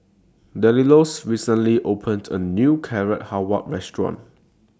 Delois recently opened A New Carrot Halwa Restaurant